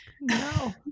No